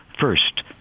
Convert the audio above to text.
first